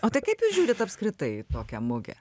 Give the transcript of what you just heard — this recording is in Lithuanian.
o tai kaip jūs žiūrit apskritai į tokią mugę